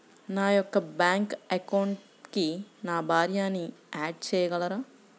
నా యొక్క బ్యాంక్ అకౌంట్కి నా భార్యని యాడ్ చేయగలరా?